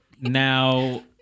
Now